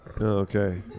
Okay